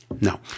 No